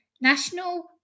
National